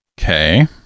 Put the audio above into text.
Okay